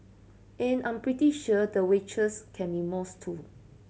and I'm pretty sure the waitress can be moist too